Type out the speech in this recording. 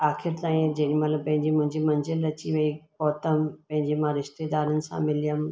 आख़िर ताईं जेॾीमहिल पंहिंजी मुंहिंजी मंज़िल अची वई पहुतमि पंहिंजे मां रिश्तेदारनि सां मिलियमि